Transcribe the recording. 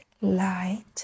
light